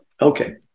okay